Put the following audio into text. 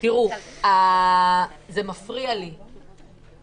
זה אשכרה קפסולות, זה אשכרה מקומות מבודדים.